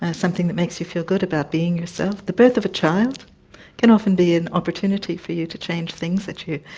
ah something that makes you feel good about being yourself. the birth of a child can often be an opportunity for you to change things that you